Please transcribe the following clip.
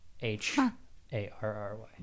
H-A-R-R-Y